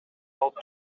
алып